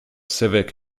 civic